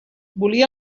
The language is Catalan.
volia